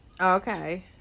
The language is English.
Okay